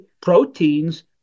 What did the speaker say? proteins